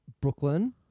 Brooklyn